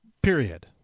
period